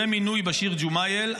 ומינוי בשיר ג'ומאייל.